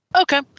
Okay